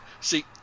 see